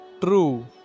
True